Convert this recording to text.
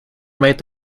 made